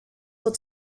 will